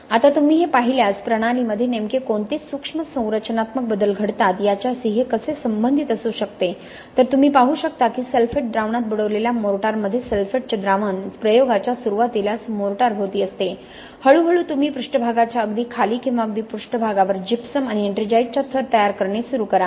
आता तुम्ही हे पाहिल्यास प्रणालीमध्ये नेमके कोणते सूक्ष्म संरचनात्मक बदल घडतात याच्याशी हे कसे संबंधित असू शकते तर तुम्ही पाहू शकता की सल्फेट द्रावणात बुडवलेल्या मोर्टारमध्ये सल्फेटचे द्रावण प्रयोगाच्या सुरुवातीलाच मोर्टारभोवती असते हळूहळू तुम्ही पृष्ठभागाच्या अगदी खाली किंवा अगदी पृष्ठभागावर जिप्सम आणि एट्रिंजाइटचा थर तयार करणे सुरू करा